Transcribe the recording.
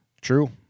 True